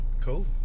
Cool